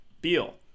Beal